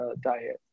diet